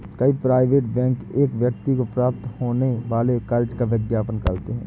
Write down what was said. कई private bank एक व्यक्ति को प्राप्त होने वाले कर्ज का विज्ञापन करते हैं